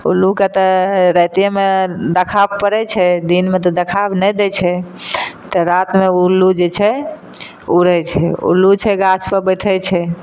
उल्लूके तऽ राइतेमे देखा पड़य छै दिनमे तऽ देखाइ नहि दै छै तऽ रातिमे उल्लू जे छै उड़य छै उल्लू छै गाछपर बैठय छै